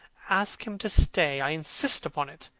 ask him to stay. i insist upon it.